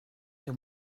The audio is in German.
dem